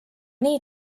nii